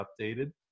updated